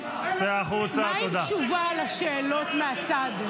מה עם תשובה לשאלות מהצד?